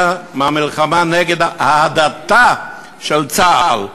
מהמלחמה נגד ההדתה של צה"ל.